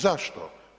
Zašto?